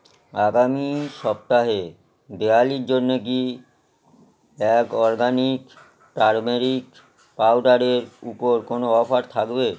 আগামী সপ্তাহে দেওয়ালির জন্যে কি এক অরগানিক টারমেরিক পাউডারের উপর কোনো অফার থাকবে